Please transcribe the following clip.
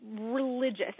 religious